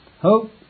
hope